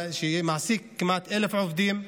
שמעסיק כמעט 1,000 עובדים,